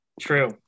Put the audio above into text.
True